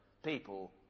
people